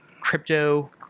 crypto